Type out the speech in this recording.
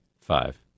Five